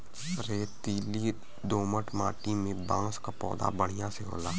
रेतीली दोमट माटी में बांस क पौधा बढ़िया से होला